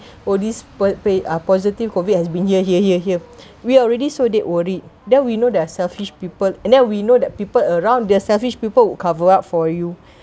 all this ah positive COVID has been here here here here we are already so dead worried then we know they are selfish people and then we know that people around the selfish people would cover up for you